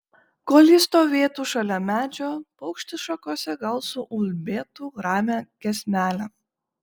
kol ji stovėtų šalia medžio paukštis šakose gal suulbėtų ramią giesmelę